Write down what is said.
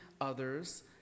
others